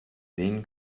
sehen